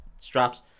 straps